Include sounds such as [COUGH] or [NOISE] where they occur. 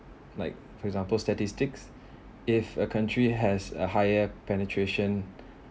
like for example statistics [BREATH] if a country has a higher penetration [BREATH]